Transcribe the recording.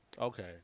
Okay